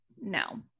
No